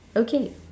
okay